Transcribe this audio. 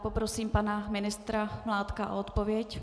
Poprosím pana ministra Mládka o odpověď.